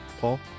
Paul